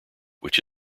which